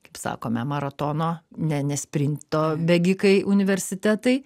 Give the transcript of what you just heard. kaip sakome maratono ne ne sprinto bėgikai universitetai